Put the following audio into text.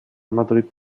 madrid